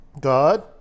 God